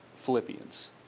Philippians